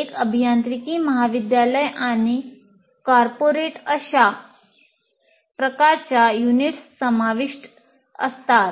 एक अभियांत्रिकी महाविद्यालय आणि कॉर्पोरेट अशा सर्व प्रकारच्या युनिट्स समाविष्ट असतात